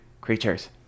creatures